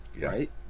right